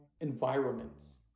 environments